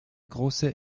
große